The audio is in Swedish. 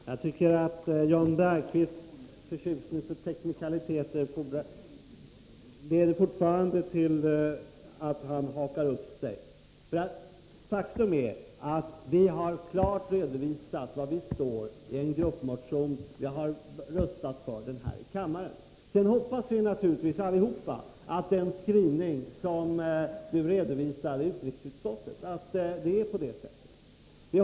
Nr 45 Herr talman! Jan Bergqvists förtjusning för teknikaliteter leder till att han ; i é ;: E Tisdagen den hakar upp sig. Faktum är att vi klart redovisat var vi står i vår gruppmotion, 13 december 1983 och vi har röstat för den här i kammaren. Sedan hoppas vi naturligtvis alla att det är på det sätt som det står i den skrivning i utrikesutskottets betänkande Nedrustning som Jan Bergqvist redovisat.